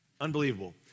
unbelievable